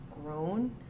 grown